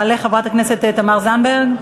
תעלה חברת הכנסת תמר זנדברג.